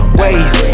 ways